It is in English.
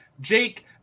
Jake